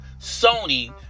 Sony